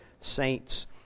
saints